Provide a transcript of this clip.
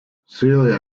celia